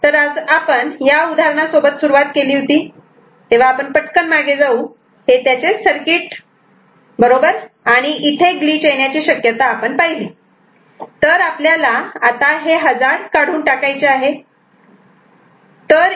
तर आज आपण या उदाहरणा सोबत सुरुवात केली होती तेव्हा आपण पटकन मागे जाऊ हे त्याचे सर्किट बरोबर आणि इथे ग्लिच येण्याची शक्यता आपण पहिली तर आपल्याला आता हे हजार्ड काढून टाकायचे आहे